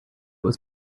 was